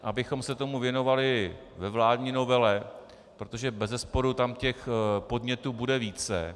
Abychom se tomu věnovali ve vládní novele, protože bezesporu tam těch podnětů bude více.